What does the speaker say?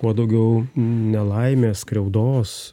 kuo daugiau nelaimės skriaudos